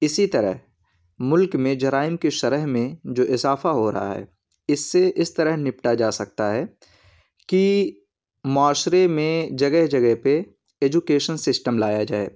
اسی طرح ملک میں جرائم کی شرح میں جو اضافہ ہو رہا ہے اس سے اس طرح نپٹا جا سکتا ہے کہ معاشرے میں جگہ جگہ پہ ایجوکیشن سسٹم لایا جائے